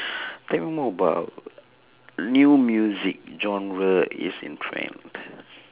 tell me more about new music genre is in trend